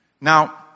Now